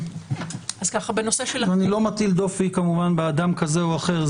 אני לא מטיל דופי, כמובן, באדם כזה או אחר.